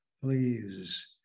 Please